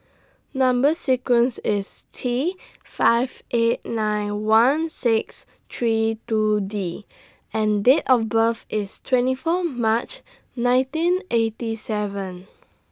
Number sequence IS T five eight nine one six three two D and Date of birth IS twenty four March nineteen eighty seven